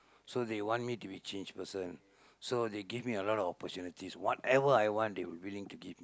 so they want me to be change person so they give me a lot opportunities whatever I want they will willing to give